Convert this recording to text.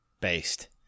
based